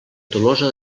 tolosa